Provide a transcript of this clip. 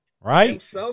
Right